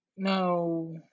No